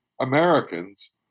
Americans